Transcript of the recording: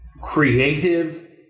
creative